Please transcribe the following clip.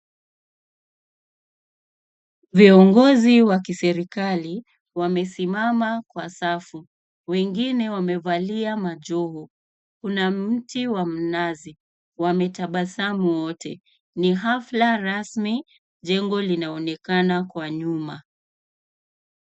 Viongozi wa kiserikali wamesimama kwa safu. Wengine wamevalia majoho. Kuna mti wa mnazi. Wametabasamu wote, ni hafla rasmi. Jengo linaonekana kwa nyuma.